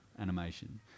animation